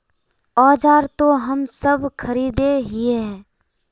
औजार तो हम सब खरीदे हीये?